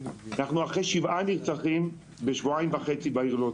אנחנו אחרי שבעה נרצחים בשבועיים וחצי בעיר לוד,